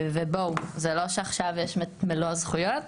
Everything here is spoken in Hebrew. בואו, זה לא שעכשיו יש את מלוא הזכויות.